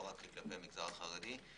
לא רק כלפי המגזר החרדי.